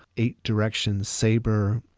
eight directions sabre,